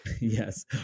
yes